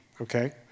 okay